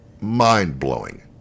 mind-blowing